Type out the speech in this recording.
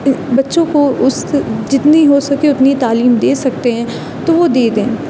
بچوں کو اس جتنی ہو سکے اتنی تعلیم دے سکتے ہیں تو وہ دے دیں